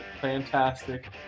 fantastic